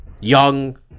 Young